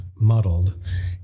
muddled